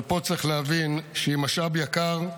אבל פה צריך להבין שהיא משאב יקר,